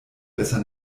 besser